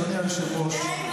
אדוני היושב-ראש,